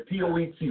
POET